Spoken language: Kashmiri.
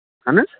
اَہَن حظ